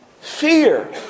Fear